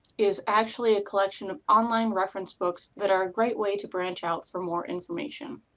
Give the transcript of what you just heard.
is actually a collection of online reference books that are a great way to branch out for more information.